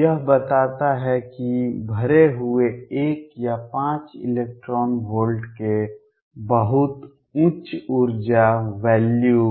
यह बताता है कि भरे हुए 1 या 5 इलेक्ट्रॉन वोल्ट के बहुत उच्च ऊर्जा वैल्यू